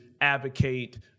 advocate